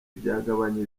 byagabanya